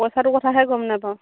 পইচাটোৰ কথাহে গম নেপাওঁ